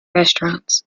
restaurants